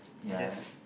ya